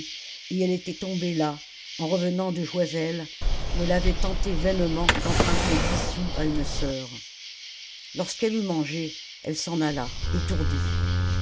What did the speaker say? et elle était tombée là en revenant de joiselle où elle avait tenté vainement d'emprunter dix sous à une soeur lorsqu'elle eut mangé elle s'en alla étourdie